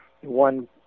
one